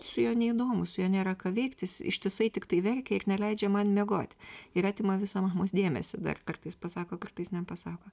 su juo neįdomu su juo nėra ką veikt jis ištisai tiktai verkia ir neleidžia man miegot ir atima visą mamos dėmesį dar kartais pasako kartais nepasako